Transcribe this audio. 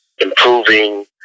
improving